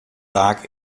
taak